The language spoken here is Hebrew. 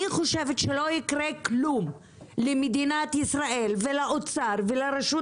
אני חושבת שלא יקרה כלום למדינת ישראל ולאוצר ולרשות